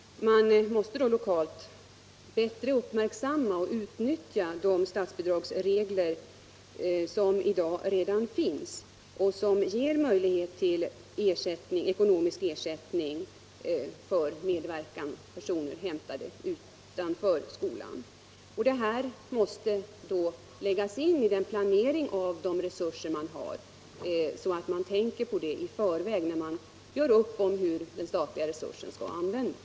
Man måste lokalt bättre uppmärksamma och utnyttja de statsbidragsregler som i dag redan finns och som ger möjlighet till ekonomisk ersättning för medverkan av personer hämtade utanför skolan. Detta måste läggas in i den totala planeringen av de resurser man har, så att behovet blir beaktat när man gör upp om hur den statliga resursen skall användas.